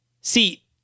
see